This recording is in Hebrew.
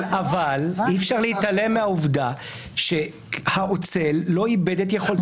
אבל אי אפשר להתעלם מהעובדה שהאוצל לא איבד את יכולתו לקבל החלטה.